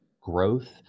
growth